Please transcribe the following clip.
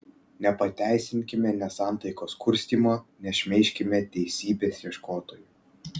nepateisinkime nesantaikos kurstymo nešmeižkime teisybės ieškotojų